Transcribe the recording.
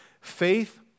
Faith